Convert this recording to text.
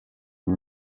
saa